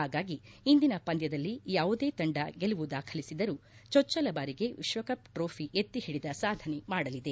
ಹಾಗಾಗಿ ಇಂದಿನ ಪಂದ್ಯದಲ್ಲಿ ಯಾವುದೇ ತಂಡ ಗೆಲುವು ದಾಖಲಿಸಿದರೂ ಚೊಚ್ಚಲ ಬಾರಿಗೆ ವಿಶ್ವಕಪ್ ಟ್ರೋಫಿ ಎತ್ತಿಹಿಡಿದ ಸಾಧನೆ ಮಾಡಲಿದೆ